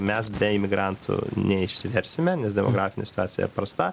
mes be imigrantų neišsiversime nes demografinė situacija prasta